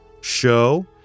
show